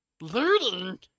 Looting